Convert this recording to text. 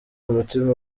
umutima